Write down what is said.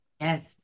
Yes